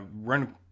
run